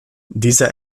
dieser